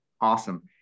awesome